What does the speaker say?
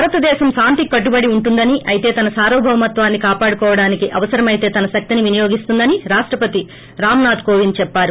భారతదేశం శాంతికి కట్టుబడి ఉంటుందని అయితే తన సారభౌమత్యాన్ని కాపాడుకోవడానికి అవసరమైతే తన శక్తిని వినియోగిస్తుందని రాష్టపతి రామ్నాథ్ కోవింద్ చెప్పారు